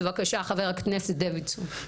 בבקשה חבר הכנסת דוידסון.